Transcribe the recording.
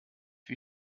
wie